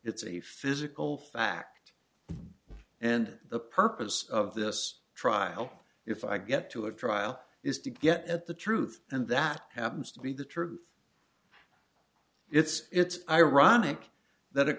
it's a physical fact and the purpose of this trial if i get to a trial is to get at the truth and that happens to be the truth it's ironic that a